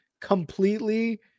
completely